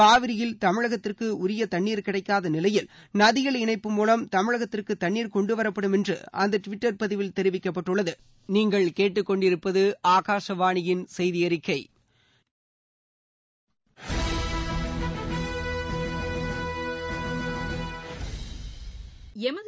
காவிரியில் தமிழகத்திற்கு உரிய தண்ணீர் கிடைக்காத நிலையில் நதிகள் இணைப்பு மூலம் தமிழகத்திற்கு தண்ணீர் கொண்டு வரப்படும் என்று அந்த டுவிட்டர் பதிவில் தெரிவிக்கப்பட்டுள்ளது